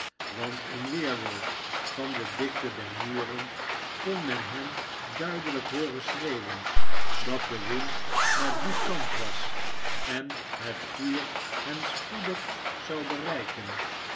want in weerwil van de dikte der muren kon men hen duidehjk hooren schreeuwen dat de wind naar dien kant was en het vuur hen spoedig zou bereiken